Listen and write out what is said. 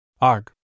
Arg